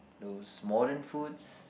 these modern foods